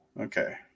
Okay